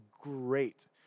great